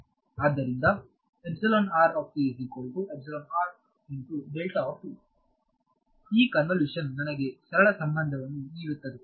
ಆದ್ದರಿಂದ ಈ ಕನ್ವಿಲ್ಯೂಷನ್ ನನಗೆ ಸರಳ ಸಂಬಂಧವನ್ನು ನೀಡುತ್ತದೆ